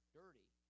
dirty